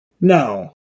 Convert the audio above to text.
No